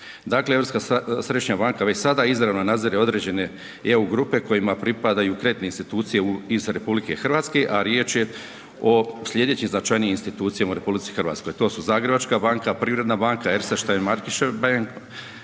Dakle, Europska središnja banka već sada izravno nadzire određene i EU grupe kojima pripadaju i kreditne institucije iz RH, a riječ je o slijedećim značajnijim institucijama u RH, to su Zagrebačka banka, Privredna banka, Erste & Steiermaerkische bank,